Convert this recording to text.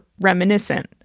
reminiscent